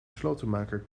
slotenmaker